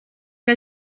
que